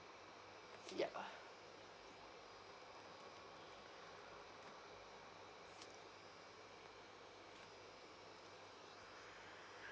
ya